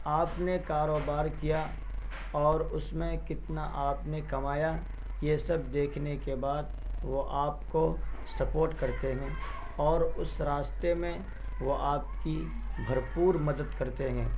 آپ نے کاروبار کیا اور اس میں کتنا آپ نے کمایا یہ سب دیکھنے کے بعد وہ آپ کو سپوٹ کرتے ہیں اور اس راستے میں وہ آپ کی بھرپور مدد کرتے ہیں